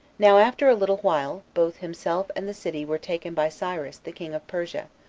now, after a little while, both himself and the city were taken by cyrus, the king of persia,